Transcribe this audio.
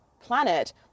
planet